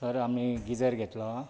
sir आमी geyser घेतला